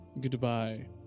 goodbye